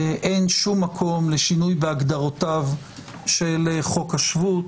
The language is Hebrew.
אין שום מקום לשינוי בהגדרות חוק השבות.